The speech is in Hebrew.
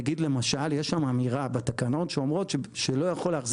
נגיד למשל יש שם אמירה בתקנות שאומרות שלא יכול להחזיק